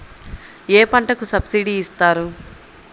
ఏ పంటకు సబ్సిడీ ఇస్తారు?